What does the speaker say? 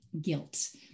guilt